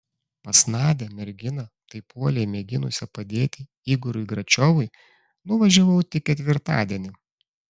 pas nadią merginą taip uoliai mėginusią padėti igoriui gračiovui nuvažiavau tik ketvirtadienį